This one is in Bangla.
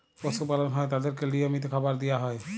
পশু পালল হ্যয় তাদেরকে লিয়মিত খাবার দিয়া হ্যয়